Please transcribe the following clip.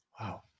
Wow